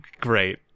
great